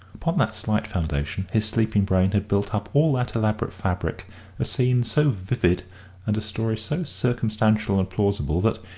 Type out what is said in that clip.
upon that slight foundation his sleeping brain had built up all that elaborate fabric a scene so vivid and a story so circumstantial and plausible that,